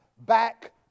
back